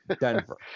Denver